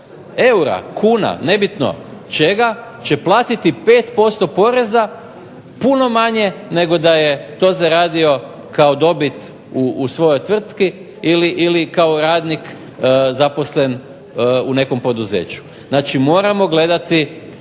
eura, kuna, nebitno čega će platiti 5% poreza, puno manje nego da je to zaradio kao dobit u svojoj tvrtki ili kao radnik zaposlen u nekom poduzeću. Znači moramo gledati